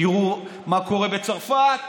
תראו מה קורה בצרפת,